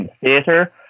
theater